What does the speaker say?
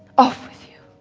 off with you.